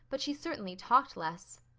but she certainly talked less.